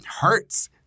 hurts